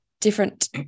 different